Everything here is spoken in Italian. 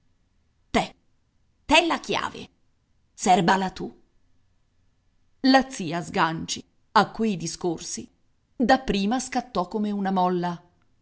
la chiave serbala tu la zia sganci a quei discorsi da prima scattò come una molla